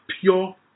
pure